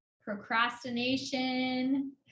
procrastination